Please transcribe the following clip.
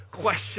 question